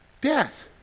Death